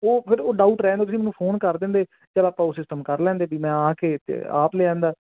ਉਹ ਫਿਰ ਉਹ ਡਾਊਟ ਰਹਿਣ ਦੀ ਮੈਨੂੰ ਫੋਨ ਕਰ ਦਿੰਦੇ ਚਲ ਆਪਾਂ ਉਸੇ ਟਾਈਮ ਕਰ ਲੈਂਦੇ ਵੀ ਮੈਂ ਆ ਕੇ ਆਪ ਲਿਆਦਾ